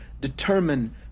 Determine